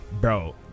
Bro